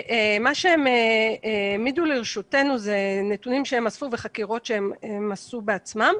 מה שהם העמידו לרשותנו זה נתונים שהם אספו בחקירות שהם עשו בעצמם.